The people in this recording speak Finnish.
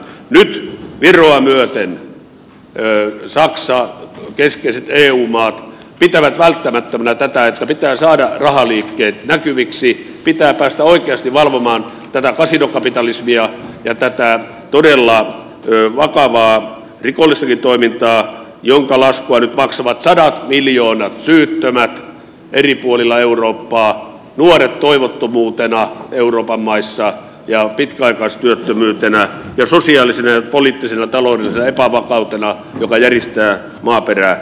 nyt viroa myöten saksa keskeiset eu maat pitävät välttämättömänä tätä että pitää saada rahaliikkeet näkyviksi pitää päästä oikeasti valvomaan tätä kasinokapitalismia ja tätä todella vakavaa rikollistakin toimintaa jonka laskua nyt maksavat sadat miljoonat syyttömät eri puolilla eurooppaa nuoret toivottomuutena euroopan maissa ja pitkäaikaistyöttömyytenä ja sosiaalisena ja poliittisena ja taloudellisena epävakautena joka järistää maaperää